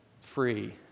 free